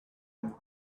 here